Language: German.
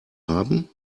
haben